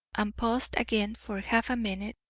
and paused again for a half-minute,